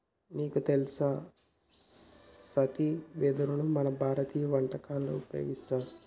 నీకు తెలుసా సీతి వెదరును మన భారతీయ వంటకంలో ఉపయోగిస్తారు